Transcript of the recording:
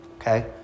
okay